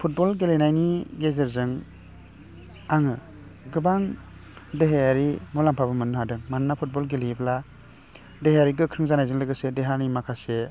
football गेलेनायनि गेजेरजों आङो गोबां देहायारि मुलामफाबो मोन्नो हादों मानोना फुटबल गेलेयोबा देहायारि गोख्रों जानायजों लोगोसे देहानि माखासे